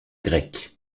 grec